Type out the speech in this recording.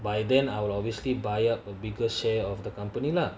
by then I will obviously buy up a bigger share of the company lah